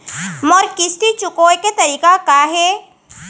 मोर किस्ती चुकोय के तारीक का हे?